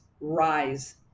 rise